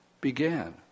began